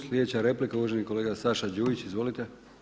Sljedeća replika uvaženi kolega Saša Đujić, izvolite.